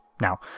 Now